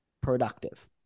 productive